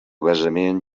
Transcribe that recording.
basament